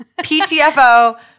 ptfo